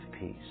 peace